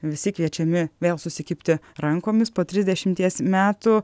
visi kviečiami vėl susikibti rankomis po trisdešimties metų